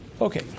Okay